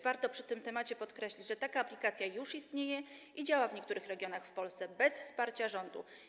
Warto przy okazji tego tematu podkreślić, że taka aplikacja już istnieje i działa w niektórych regionach Polski bez wsparcia rządu.